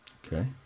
okay